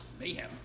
mayhem